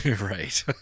right